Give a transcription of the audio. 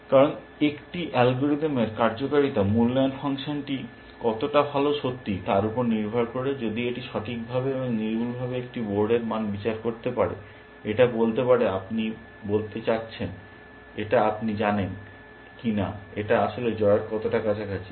কারণ একটি অ্যালগরিদমের কার্যকারিতা মূল্যায়ন ফাংশনটি কতটা ভাল সত্যিই তার উপর নির্ভর করে যদি এটি সঠিকভাবে এবং নির্ভুলভাবে একটি বোর্ডের মান বিচার করতে পারে এটা বলতে আপনি বলতে চাচ্ছেন এটা আপনি জানেন কিনা এটা আসলে জয়ের কতটা কাছাকাছি